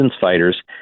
fighters